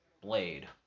blade